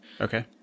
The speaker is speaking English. Okay